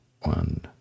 one